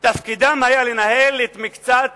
תפקידם היה לנהל את מקצת